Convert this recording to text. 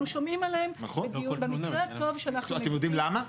אנחנו שומעים עליהן במקרה הטוב --- אתם יודעים למה?